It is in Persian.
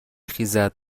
خیزد